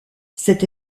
cette